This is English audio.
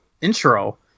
intro